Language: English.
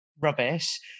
rubbish